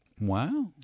Wow